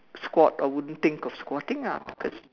squat or wouldn't think of squatting lah because